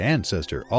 Ancestor